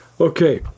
Okay